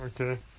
okay